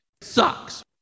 Sucks